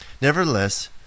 Nevertheless